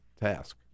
task